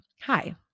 Hi